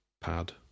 pad